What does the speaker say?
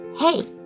Hey